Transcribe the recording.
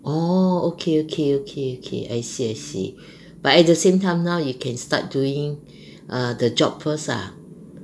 orh okay okay okay okay I see I see but at the same time now you can start doing err the job first ah